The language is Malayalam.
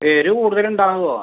എരിവ് കൂടുതലുണ്ടാവോ